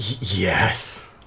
Yes